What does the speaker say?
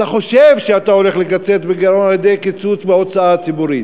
אתה חושב שאתה הולך לקצץ בגירעון על-ידי קיצוץ בהוצאה ציבורית,